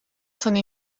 sono